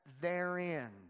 therein